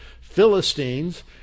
Philistines